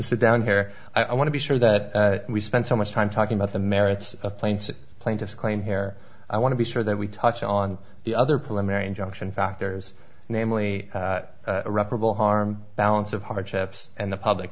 sit down here i want to be sure that we spend so much time talking about the merits of planes that plaintiffs claim here i want to be sure that we touch on the other polemic injunction factors namely irreparable harm balance of hardships and the public